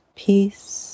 peace